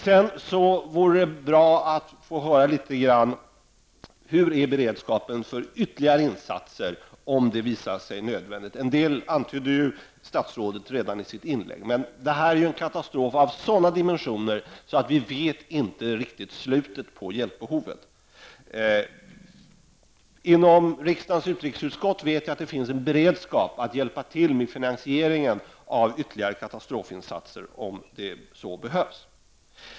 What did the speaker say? Det vore bra att få höra hur beredskapen är för ytterligare insatser om det visar sig nödvändigt. Statsrådet antydde en del redan i sitt inlägg. Detta är en katastrof av sådana dimensioner att vi inte vet hur stort hjälpbehovet kommer att bli. Inom riksdagens utrikesutskott finns det en beredskap att hjälpa till med finansieringen av ytterligare katastrofinsatser om sådana behövs.